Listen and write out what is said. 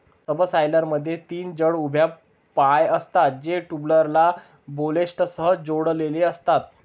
सबसॉयलरमध्ये तीन जड उभ्या पाय असतात, जे टूलबारला बोल्टसह जोडलेले असतात